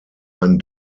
ein